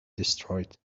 destroyed